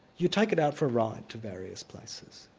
you take it out for a ride to various places.